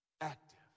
active